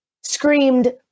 screamed